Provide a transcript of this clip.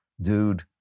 Dude